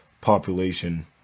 population